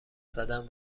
زدن